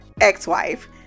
ex-wife